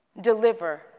deliver